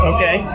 Okay